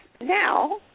now